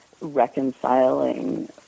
reconciling